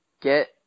get